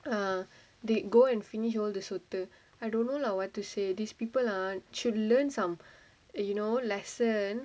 uh they go and finish all the சொத்து:sothu I don't know lah what to say these people ah should learn some a- you know lesson